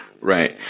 Right